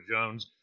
Jones